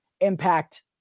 impact